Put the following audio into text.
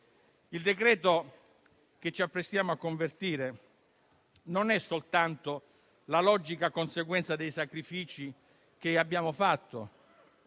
Il decreto-legge che ci apprestiamo a convertire non è soltanto la logica conseguenza dei sacrifici che abbiamo fatto,